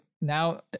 now